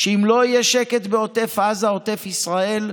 שאם לא יהיה שקט בעוטף עזה, עוטף ישראל,